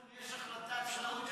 אדוני, כספים, החלטה, אז